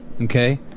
okay